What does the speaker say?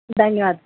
धन्यवादः